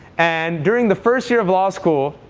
and during the first year of law school,